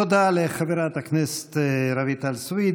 תודה לחברת הכנסת רויטל סויד.